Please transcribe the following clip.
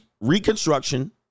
Reconstruction